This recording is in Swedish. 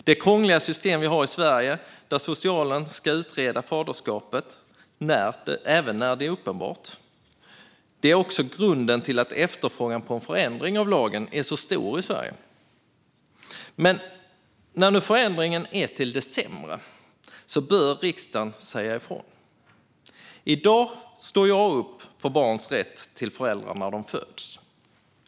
Det krångliga system vi har i Sverige, där socialen ska utreda faderskapet även när det är uppenbart, är också grunden till att efterfrågan på en förändring av lagen är så stor i Sverige. När nu förändringen är till det sämre bör riksdagen säga ifrån. I dag står jag upp för barns rätt till föräldrar när de föds.